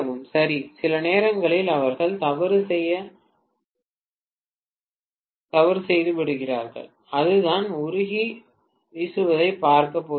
சரி சில நேரங்களில் அவர்கள் தவறு செய்து செய்யலாம் அதுதான் உருகி வீசுவதைப் பார்க்கப் போகிறோம்